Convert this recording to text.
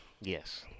Yes